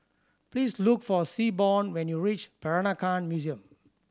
please look for Seaborn when you reach Peranakan Museum